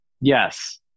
Yes